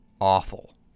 awful